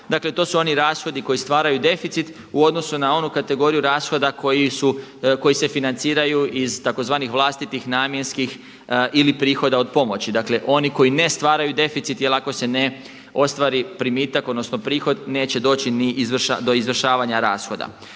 dakle to su oni rashodi koji stvaraju deficit u odnosu na onu kategoriju rashoda koji se financiraju iz tzv. vlastitih namjenskih ili prihoda od pomoći. Dakle oni koji ne stvaraju deficit, jer ako se ne ostvari primitak odnosno prihod neće doći ni do izvršavanja rashoda.